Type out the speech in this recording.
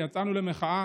כשיצאנו למחאה